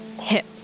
hip